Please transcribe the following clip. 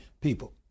people